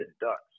ducks